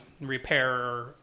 repair